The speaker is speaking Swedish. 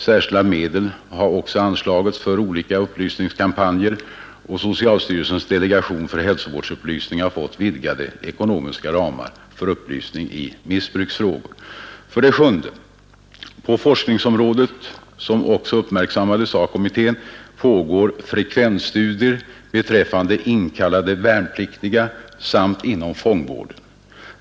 Särskilda medel har också anslagits för olika upplysningskampanjer. Socialstyrelsens delegation för hälsovårdsupplysning har fått vidgade ekonomiska ramar för upplysning i missbruksfrågor. 7. På forskningsområdet, som också uppmärksammades av kommittén, pågår frekvensstudier beträffande inkallade värnpliktiga samt inom fångvården.